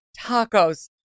tacos